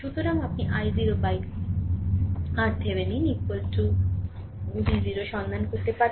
সুতরাং আপনি i0 RThevenin V0 সন্ধান করতে পারেন